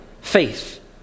faith